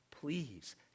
Please